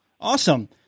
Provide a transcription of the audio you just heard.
Awesome